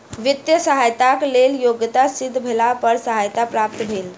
वित्तीय सहयताक लेल योग्यता सिद्ध भेला पर सहायता प्राप्त भेल